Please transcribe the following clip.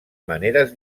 maneres